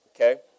okay